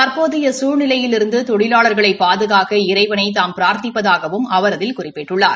தற்போதைய சூழ்நிலையிலிருந்து தொழிலாளர்களை பாதுகாக்க இறைவனை தாம் பிரார்த்திப்பதாகவும் அவர் அதில் குறிப்பிட்டுள்ளார்